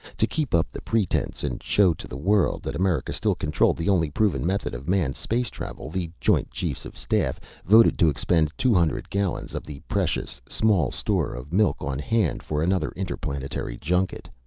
to keep up the pretense and show to the world that america still controlled the only proven method of manned space travel, the joint chiefs of staff voted to expend two hundred gallons of the precious, small store of milk on hand for another interplanetary junket,